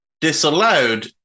disallowed